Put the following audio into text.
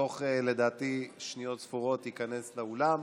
לדעתי בתוך שניות ספורות הוא ייכנס לאולם.